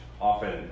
often